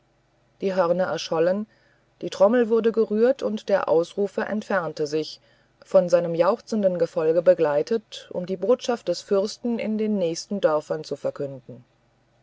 die hörner erschollen die trommel wurde gerührt und der ausrufer entfernte sich von seinem jauchzenden gefolge begleitet um die botschaft des fürsten in den nächsten dörfern zu verkünden